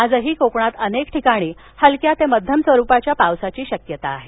आजही कोकणात अनेक ठिकाणी हलक्या ते मध्यम स्वरूपाच्या पावसाची शक्यता आहे